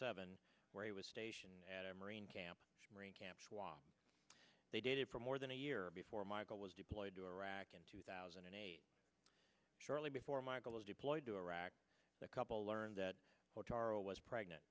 seven where he was stationed at a marine camp marine camp while they dated for more than a year before michael was deployed to iraq in two thousand and eight shortly before michael was deployed to iraq the couple learned that tara was pregnant